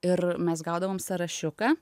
ir mes gaudavom sąrašiuką